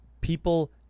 people